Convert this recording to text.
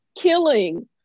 killing